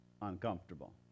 uncomfortable